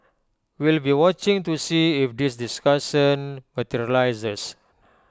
we'll be watching to see if this discussion materialises